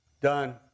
done